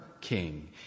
king